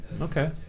Okay